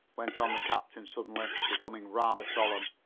went on the captain suddenly, becoming rather solemn,